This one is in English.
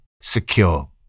secure